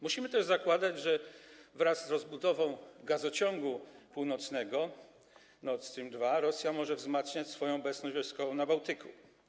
Musimy też zakładać, że wraz z rozbudową Gazociągu Północnego, Nord Stream 2, Rosja może wzmacniać swoją obecność wojskową na Bałtyku.